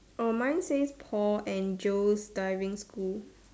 oh mine says Paul and Joe's diving school